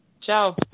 Ciao